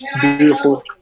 Beautiful